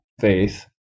faith